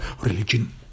religion